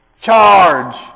Charge